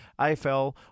AFL